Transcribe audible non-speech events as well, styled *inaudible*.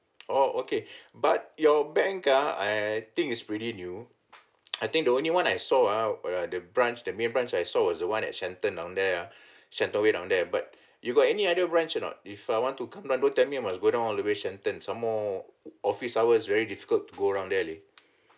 oh okay *breath* but your bank ah I think is pretty new *noise* I think the only one I saw ah uh the branch the main branch I saw was the one at shenton down there ah *breath* shenton way down there but *breath* you got any other branch or not if I want to come tell me must go down all the way shenton some more office hours very difficult to go around there leh